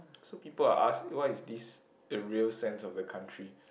so people will ask what is this the real sense of the country